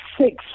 six